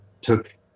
took